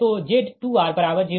तो Z2r05